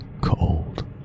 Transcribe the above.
Cold